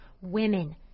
women